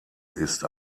ist